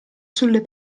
sulle